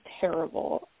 terrible